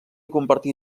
compartir